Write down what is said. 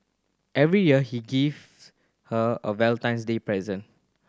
every year he gives her a Valentine's Day present